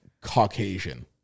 Caucasian